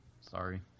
Sorry